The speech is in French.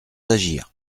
d’agir